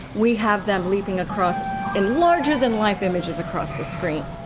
we have them leaping across in larger than life images across the screen.